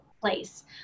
place